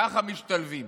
ככה משתלבים.